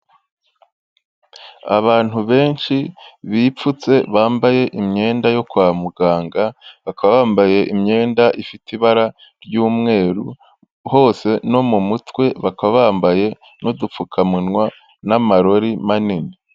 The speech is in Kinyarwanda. Abantu benshi bipfutse bambaye imyenda yo kwa muganga bakaba bambaye imyenda ifite ibara ry'umweru hose no mu mutwe, bakaba bambaye n'udupfukamunwa n'amarori manini.